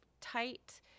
tight